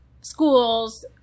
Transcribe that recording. schools